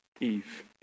Eve